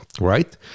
right